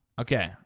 okay